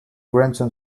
grandson